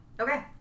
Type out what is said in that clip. Okay